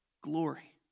glory